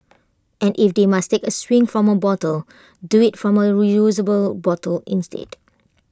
and if they must take A swig from A bottle do IT from A reusable bottle instead